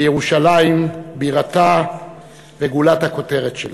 לירושלים בירתה וגולת הכותרת שלה,